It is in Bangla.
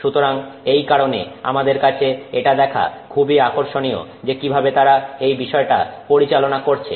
সুতরাং এই কারণে আমাদের কাছে এটা দেখা খুবই আকর্ষণীয় যে কিভাবে তারা এই বিষয়টা পরিচালনা করছে